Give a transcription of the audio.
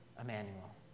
Emmanuel